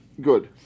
good